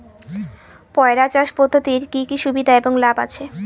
পয়রা চাষ পদ্ধতির কি কি সুবিধা এবং লাভ আছে?